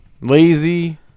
Lazy